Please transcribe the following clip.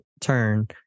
turn